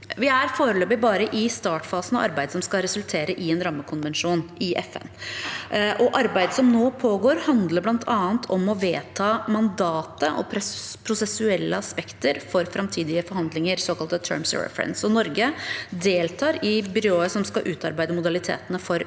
Vi er foreløpig bare i startfasen av arbeidet som skal resultere i en rammekonvensjon i FN, og arbeidet som nå pågår, handler bl.a. om å vedta mandatet og prosessuelle aspekter for framtidige forhandlinger, såkalte «terms of reference», og Norge deltar i byrået som skal utarbeide modalitetene for videre